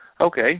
Okay